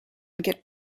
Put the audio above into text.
get